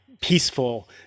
peaceful